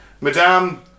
Madame